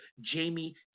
Jamie